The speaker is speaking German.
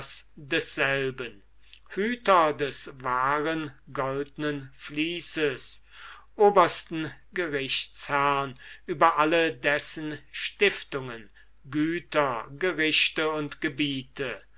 desselben hüters des wahren goldnen vließes obersten gerichtsherrn über alle dessen stiftungen güter gerichte und gebiete